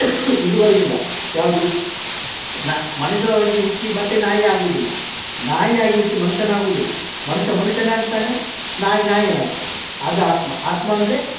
ಇದು ಬರುವುದಿಲ್ಲ ಯಾವುದು ನಾನು ಮನುಷ್ಯರಾಗಿ ಹುಟ್ಟಿ ಮತ್ತೆ ನಾಯಿ ಆಗುವುದಿಲ್ಲ ನಾಯಿಯಾಗಿ ಹುಟ್ಟಿ ಮನುಷ್ಯನಾಗುವುದಿಲ್ಲ ಮನುಷ್ಯ ಮನುಷ್ಯನೇ ಆಗ್ತಾನೆ ನಾಯಿ ನಾಯಿಯೇ ಆಗ್ತದೆ ಅದು ಆತ್ಮ ಆತ್ಮ ಎಂದರೆ